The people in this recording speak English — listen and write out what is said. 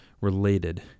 related